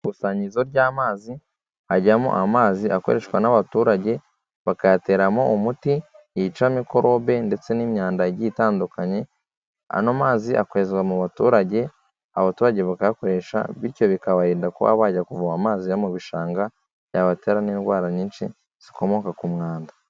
Ikusanyirizo ry'amazi hajyamo amazi akoreshwa n'abaturage bakayateramo umuti yica mikorobe ndetse n'imyanda igiye itandukanye, ano amazi akwizwa mu baturage abaturage bakayakoresha bityo bikabarinda kuba bajya kuvoma amazi yo mu bishanga babatera n' indwara nyinshi zikomoka ku mwanda.